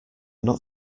not